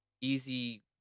easy